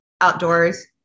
outdoors